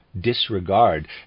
disregard